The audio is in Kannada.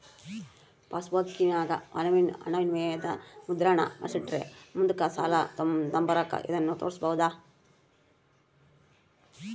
ಪಾಸ್ಬುಕ್ಕಿನಾಗ ಹಣವಿನಿಮಯದ ಮುದ್ರಣಾನ ಮಾಡಿಸಿಟ್ರ ಮುಂದುಕ್ ಸಾಲ ತಾಂಬಕಾರ ಇದನ್ನು ತೋರ್ಸ್ಬೋದು